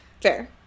fair